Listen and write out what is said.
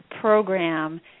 program